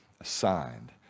assigned